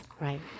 Right